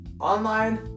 online